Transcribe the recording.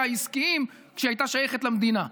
העסקיים כשהיא הייתה שייכת למדינה.